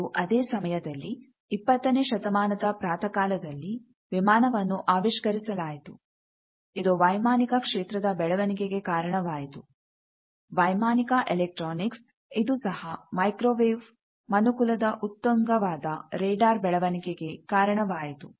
ಮತ್ತು ಅದೇ ಸಮಯದಲ್ಲಿ ಇಪ್ಪತ್ತನೇ ಶತಮಾನದ ಪ್ರಾತಃಕಾಲದಲ್ಲಿ ವಿಮಾನವನ್ನು ಆವಿಷ್ಕರಿಸಲಾಯಿತು ಇದು ವೈಮಾನಿಕ ಕ್ಷೇತ್ರದ ಬೆಳವಣಿಗೆಗೆ ಕಾರಣವಾಯಿತು ವೈಮಾನಿಕ ಎಲೆಕ್ಟ್ರಾನಿಕ್ಸ್ ಇದು ಸಹ sookshmataranga ಮನುಕುಲದ ಉತ್ತುಂಗ ವಾದ ರೆಡಾರ್ ಬೆಳವಣಿಗೆಗೆ ಕಾರಣವಾಯಿತು